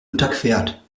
unterquert